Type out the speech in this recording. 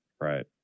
Right